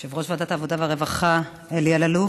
יושב-ראש ועדת העבודה והרווחה אלי אלאלוף,